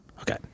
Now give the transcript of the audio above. Okay